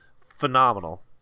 phenomenal